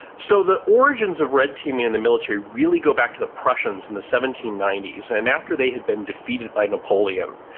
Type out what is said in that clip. so, the origins of red teaming in the military really go back to the prussians in the seventeen ninety s and and after they had been defeated by napoleon,